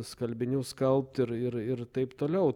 skalbinių skalbt ir ir ir taip toliau